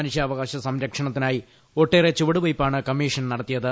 മനൂഷ്യാവകാശ സംരക്ഷണത്തിനായി ഒട്ടേറെ ചൂവടുവയ്പാണ് കമ്മീഷൻ നടത്തിയത്